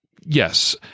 Yes